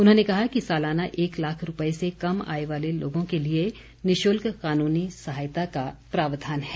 उन्होंने कहा कि सालाना एक लाख रूपए से कम आय वाले लोगों के लिए निशुल्क कानूनी सहायता का प्रावधान है